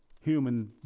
human